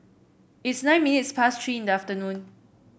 its nine minutes past Three in the afternoon